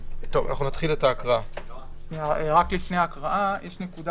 לפני שנתחיל בהקראה, ישנה נקודה